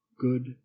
good